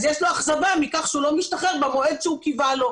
יש לו אכזבה מכך שהוא לא משתחרר במועד שהוא קיווה לו.